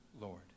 Lord